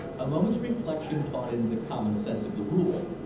a moment's reflection taught him the common-sense of the rule.